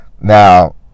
now